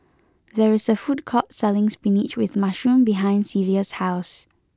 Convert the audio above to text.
there is a food court selling Spinach with Mushroom behind Celia's house